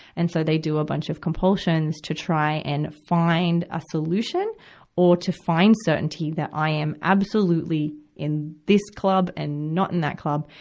and so, they do a bunch of compulsions to try and find a solution or to find certainty that i am absolutely in this club and not in that club,